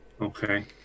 Okay